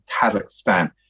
Kazakhstan